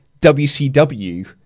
WCW